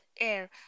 air